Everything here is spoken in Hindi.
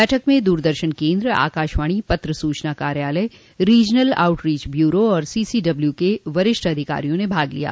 बैठक में दूरदर्शन केन्द्र आकाशवाणी पत्र सूचना कायालय रीजनल आउटरीच ब्यूरो और सीसीड्ब्ल्यू के वरिष्ठ अधिकारियों ने भाग लिया